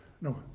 no